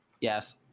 Yes